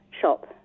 shop